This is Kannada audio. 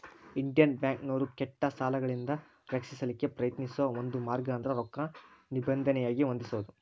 ಇಂಡಿಯನ್ ಬ್ಯಾಂಕ್ನೋರು ಕೆಟ್ಟ ಸಾಲಗಳಿಂದ ರಕ್ಷಿಸಲಿಕ್ಕೆ ಪ್ರಯತ್ನಿಸೋ ಒಂದ ಮಾರ್ಗ ಅಂದ್ರ ರೊಕ್ಕಾ ನಿಬಂಧನೆಯಾಗಿ ಹೊಂದಿಸೊದು